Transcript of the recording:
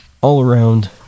all-around